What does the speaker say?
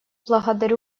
благодарю